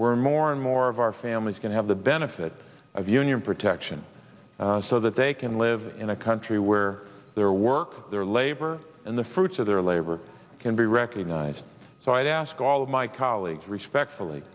we're more and more of our families can have the benefit of union protection so that they can live in a country where their work their labor and the fruits of their labor can be recognized so i ask all of my colleagues respectfully